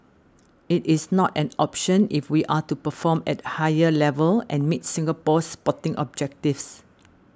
it is not an option if we are to perform at a higher level and meet Singapore's sporting objectives